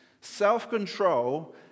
self-control